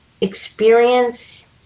experience